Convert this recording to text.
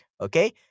okay